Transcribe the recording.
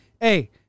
Hey